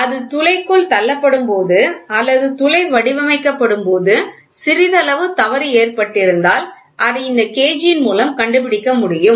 அது துளைக்குள் தள்ளப்படும்போது அல்லது துளை வடிவமைக்கப்படும்போது சிறிதளவு தவறு ஏற்பட்டிருந்தால் அதை இந்த கேஜ் ன் மூலம் கண்டுபிடிக்க முடியும்